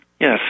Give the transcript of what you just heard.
Yes